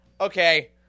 Okay